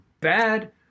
bad